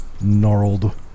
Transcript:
gnarled